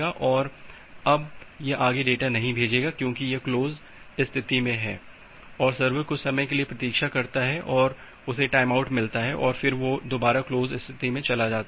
और अब यह आगे डेटा नहीं भेजेगा क्योंकि यह क्लोज स्थिति में है और सर्वर कुछ समय के लिए प्रतीक्षा करता है और उसे टाइमआउट मिलता है और फिर वो दोबारा क्लोज स्थिति मे चला जाता है